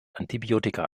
antibiotika